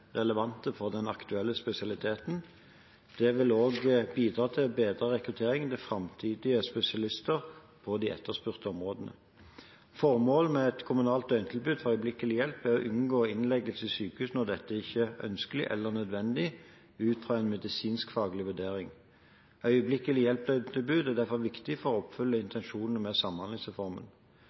relevante for den aktuelle spesialiteten. Det vil også bidra til bedre rekruttering av framtidige spesialister på etterspurte områder. Formålet med et kommunalt døgntilbud for øyeblikkelig hjelp er å unngå innleggelser i sykehus når dette ikke er ønskelig eller nødvendig ut fra en medisinskfaglig vurdering. Øyeblikkelig-hjelp-døgntilbud er derfor viktig for å oppfylle intensjonene med samhandlingsreformen.